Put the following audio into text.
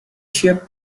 ship